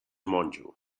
monjo